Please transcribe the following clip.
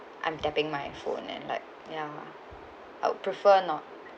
I'm tapping my phone and like ya I'll prefer not